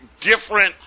different